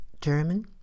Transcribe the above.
German